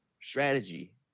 strategy